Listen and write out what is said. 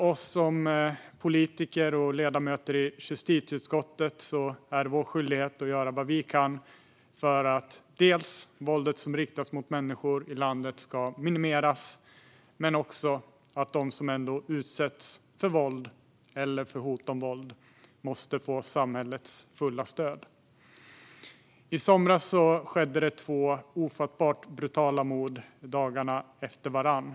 Vi politiker och ledamöter i justitieutskottet har en skyldighet att göra vad vi kan för att det våld som riktas mot människor i landet ska minimeras och för att de som ändå utsätts för våld eller hot om våld ska få samhällets fulla stöd. I somras skedde två ofattbart brutala mord dagarna efter varandra.